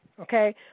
Okay